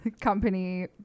company